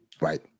right